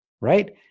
Right